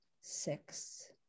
six